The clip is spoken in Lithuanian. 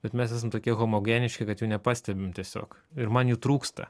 bet mes esam tokie homogeniški kad jų nepastebim tiesiog ir man jų trūksta